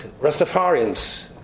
Rastafarians